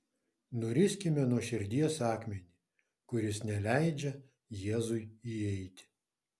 nuriskime nuo širdies akmenį kuris neleidžia jėzui įeiti